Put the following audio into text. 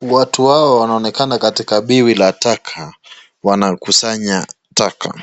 Watu hawa wanaonekana katika biwi la taka ,wanakusanya taka.